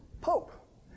pope